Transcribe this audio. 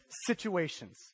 situations